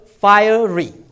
fiery